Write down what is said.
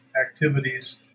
activities